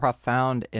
Profound